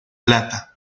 plata